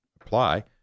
apply